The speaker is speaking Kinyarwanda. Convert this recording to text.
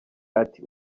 ati